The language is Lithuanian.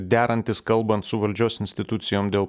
derantis kalbant su valdžios institucijom dėl